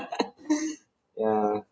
ya